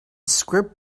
script